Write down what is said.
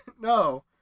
No